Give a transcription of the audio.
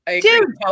Dude